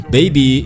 Baby